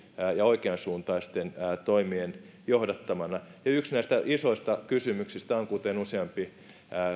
ja oikeansuuntaisten toimien johdattamana yksi näistä isoista kysymyksistä on mihin